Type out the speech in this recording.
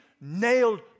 nailed